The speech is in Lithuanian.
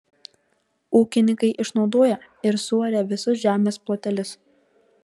ūkininkai išnaudoja ir suaria visus žemės plotelius